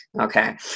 Okay